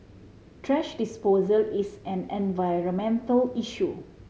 thrash disposal is an environmental issue